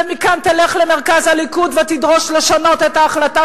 ומכאן תלך למרכז הליכוד ותדרוש לשנות את ההחלטה